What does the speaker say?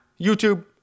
YouTube